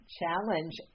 Challenge